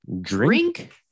Drink